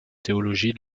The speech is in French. théologie